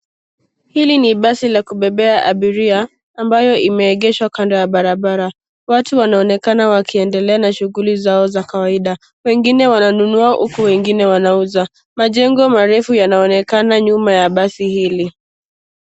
Hili ni basi la kubebea abiria ambayo imeegeshwa kando ya barabara. Watu wanaonekana wakiendelea na shughuli zao za kawaida, wengine wananunua huku wengine wanauza. Majengo marefu yanaonekana nyuma ya basi hili.